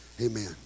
Amen